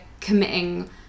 committing